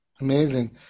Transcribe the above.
Amazing